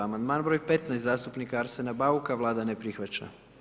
Amandman broj 15., zastupnika Arsena Bauka, Vlada ne prihvaća.